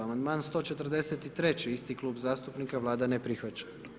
Amandman 143. isti klub zastupnika, Vlada ne prihvaća.